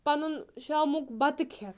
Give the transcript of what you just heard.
پَنُن شامُک بَتہٕ کھؠتھ